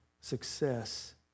success